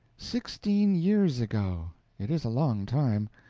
sixteen years ago it is a long time.